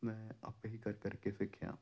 ਮੈਂ ਆਪੇ ਹੀ ਕਰ ਕਰਕੇ ਸਿੱਖਿਆ